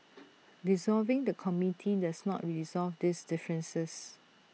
dissolving the committee does not resolve these differences